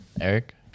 Eric